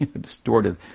distorted